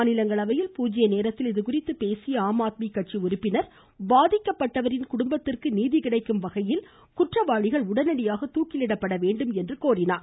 மாநிலங்களவையில் பூஜ்ய நேரத்தில் இதுகுறித்து பேசிய ஆம்ஆத்மி கட்சி உறுப்பினர் பாதிக்கப்பட்டவரின் குடும்பத்திற்கு நீதி கிடைக்கும் வகையில் குற்றவாளிகள் உடனடியாக தூக்கிலிடப்பட வேண்டும் என்று கோரினார்